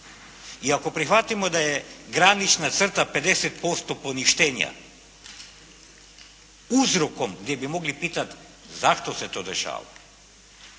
i ako prihvatimo da je granična crta 50% poništenja uzrokom gdje bi mogli pitati zašto se to dešava